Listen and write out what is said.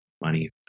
money